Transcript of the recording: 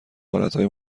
حالتهای